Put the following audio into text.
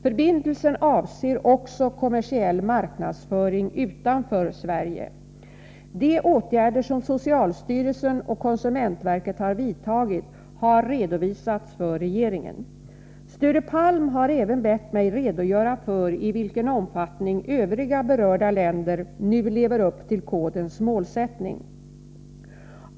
Förbindelsen avser också kommersiell marknadsföring utanför Sverige. De åtgärder som socialstyrelsen och konsumentverket har vidtagit har redovisats för regeringen. Sture Palm har även bett mig redogöra för i vilken omfattning övriga berörda länder nu lever upp till kodens målsättning.